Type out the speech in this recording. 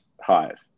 Hive